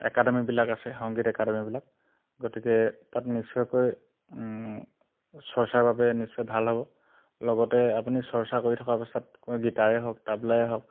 একাডেমিবিলাক আছে সংগীত একাডেমিবিলাক গতিকে তাত নিশ্চয়কৈ চৰ্চাৰ বাবে নিশ্চয় ভাল হ'ব লগতে আপুনি চৰ্চা কৰি থকাৰ পাছত গীটাৰেই হওক তাবলাই হওক